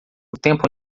tempo